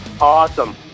Awesome